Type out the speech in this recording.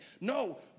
No